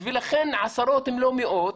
לכן עשרות, אם לא מאות,